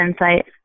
insight